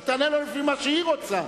היא תענה לו לפי מה שהיא רוצה.